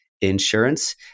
insurance